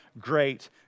great